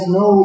no